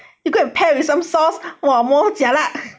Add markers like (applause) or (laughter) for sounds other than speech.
you go and pair with some sauce !wah! more jialat (laughs)